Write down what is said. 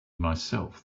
myself